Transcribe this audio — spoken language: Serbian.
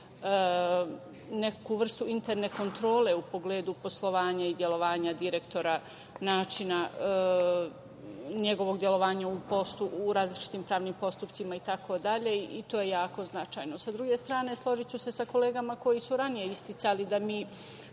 neku vrstu interne kontrole u pogledu poslovanja i delovanja direktora načina njegovog delovanja u različitim pravnim postupcima i tako dalje, i to je jako značajno. Sa druge strane, složiću se sa kolegama koji su ranije isticali da mi